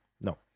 No